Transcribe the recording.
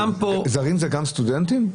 זרים זה גם סטודנטים?